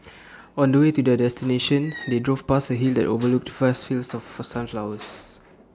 on the way to their destination they drove past A hill that overlooked vast fields of fur sunflowers